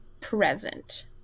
present